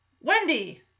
Wendy